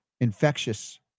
infectious